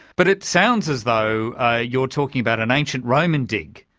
but it sounds as though you're talking about an ancient roman dig.